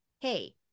hey